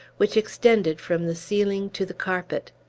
which extended from the ceiling to the carpet.